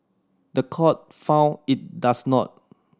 the court found it does not